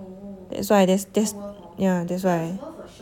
that's why that's that's yeah that's why